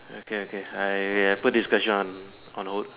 okay okay I put this question on on hold